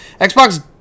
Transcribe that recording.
Xbox